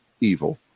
evil